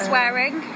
Swearing